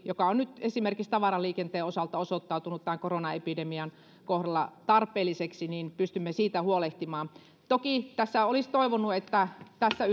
joka on nyt esimerkiksi tavaraliikenteen osalta osoittautunut koronaepidemian kohdalla tarpeelliseksi pystymme huolehtimaan toki tässä olisi toivonut että tässä